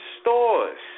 stores